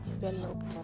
developed